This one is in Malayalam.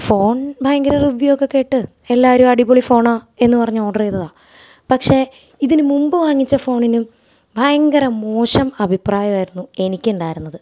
ഫോൺ ഭയങ്കര റിവ്യു ഒക്കെ കേട്ട് എല്ലാവരും അടിപൊളി ഫോണാണ് എന്ന് പറഞ്ഞ് ഓർഡർ ചെയ്തതാണ് പക്ഷേ ഇതിന് മുമ്പ് വാങ്ങിച്ച ഫോണിനും ഭയങ്കര മോശം അഭിപ്രായമായിരുന്നു എനിക്ക് ഉണ്ടായിരുന്നത്